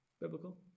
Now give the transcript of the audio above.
Biblical